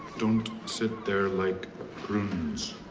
don't sit there like prunes.